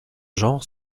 genre